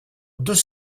deux